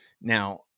Now